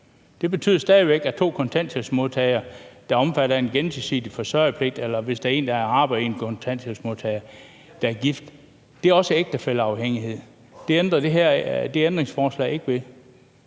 Hvis der er to kontanthjælpsmodtagere, der er omfattet af en gensidig forsørgerpligt, eller hvis der er en, der har arbejde, og en, der er kontanthjælpsmodtager, der er gift, er det også ægtefælleafhængighed. Det ændrer de her ændringsforslag ikke ved.